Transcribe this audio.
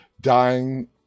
dying